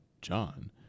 John